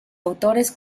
autores